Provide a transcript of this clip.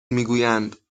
میگویند